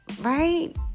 right